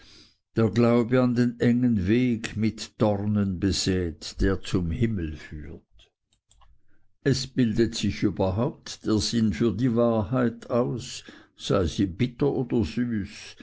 der glaube an den engen weg mit dornen besäet der zum himmel führt es bildet sich überhaupt der sinn für die wahrheit aus sei sie bitter oder süß